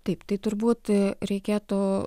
taip tai turbūt reikėtų